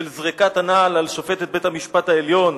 של זריקת הנעל על שופטת בית-המשפט העליון,